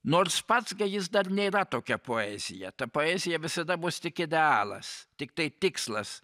nors pats jis dar nėra tokia poezija ta poezija visada bus tik idealas tiktai tikslas